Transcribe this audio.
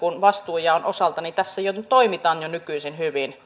vastuujaon osalta tässä toimitaan jo nykyisin hyvin elikkä